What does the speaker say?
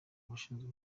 abashinzwe